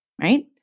right